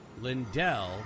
Lindell